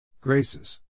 Graces